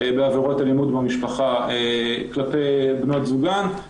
אלימות במשפחה כלפי בנות זוגן.